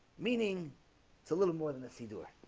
meaning it's a little more than a seed or